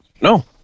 No